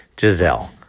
Giselle